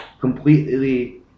completely